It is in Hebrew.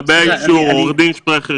צריך גם לאפשר לאנשים אחרים להיכנס אלינו,